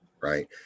right